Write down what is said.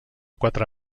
quatre